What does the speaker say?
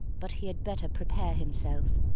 but he had better prepare himself.